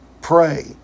pray